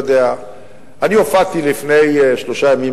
הופעתי לפני שלושה ימים,